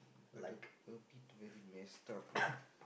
but uh but a bit very messed up you know